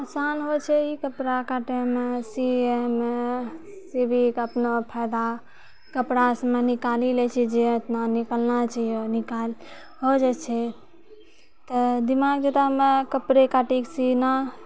आसान होइ छै ई कपड़ा काटैमे सियैमे ये भी एक अपना फायदा कपड़ासँ निकालि लै छियै जे जितना निकालना चाहियै निकाल हो जाइ छै तऽ दिमाग तऽ हमरा कपड़े काटिके सीना